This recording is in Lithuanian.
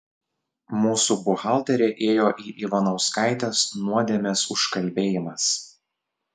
mūsų buhalterė ėjo į ivanauskaitės nuodėmės užkalbėjimas